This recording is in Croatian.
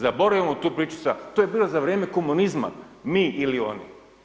Zaboravimo tu priču, to je bilo za vrijeme komunizma, mi ili oni.